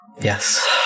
Yes